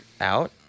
out